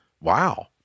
wow